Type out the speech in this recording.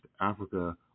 Africa